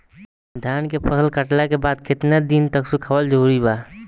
धान के फसल कटला के बाद केतना दिन तक सुखावल जरूरी बा?